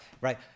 Right